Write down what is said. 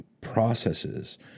processes